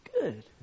good